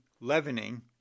leavening